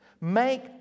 make